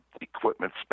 equipment